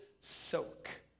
soak